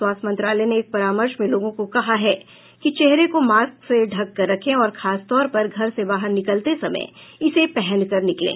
स्वास्थ्य मंत्रालय ने एक परामर्श में लोगों को कहा है कि चेहरे को मास्क से ढक कर रखें और खासतौर पर घर से बाहर निकलते समय इसे पहनकर निकलें